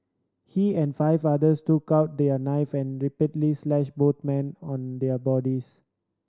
he and five others took out their knife and repeatedly slashed both men on their bodies